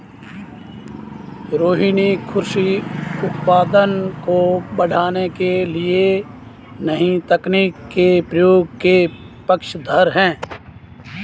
रोहिनी कृषि उत्पादन को बढ़ाने के लिए नए तकनीक के प्रयोग के पक्षधर है